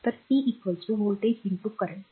तर p voltagecurrentव्होल्टेज current